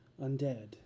undead